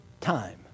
time